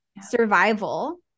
survival